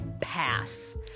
pass